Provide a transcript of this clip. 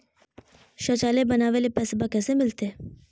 शौचालय बनावे ले पैसबा कैसे मिलते?